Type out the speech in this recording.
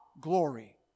glory